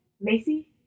Macy